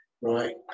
right